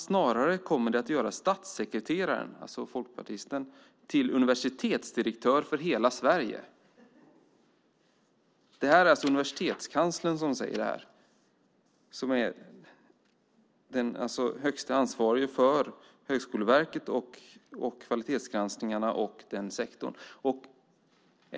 Snarare kommer det att göra statssekreteraren, alltså folkpartisten, till universitetsdirektör för hela Sverige. Det är alltså universitetskanslern som skriver det här och som är den högste ansvarige för Högskoleverket, kvalitetsgranskningarna och den sektorn.